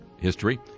history